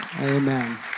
amen